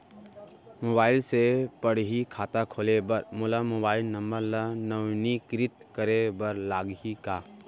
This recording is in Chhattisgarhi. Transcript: मोबाइल से पड़ही खाता खोले बर मोला मोबाइल नंबर ल नवीनीकृत करे बर लागही का?